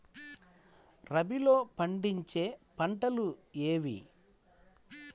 రబీలో పండించే పంటలు ఏవి?